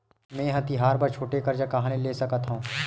मेंहा तिहार बर छोटे कर्जा कहाँ ले सकथव?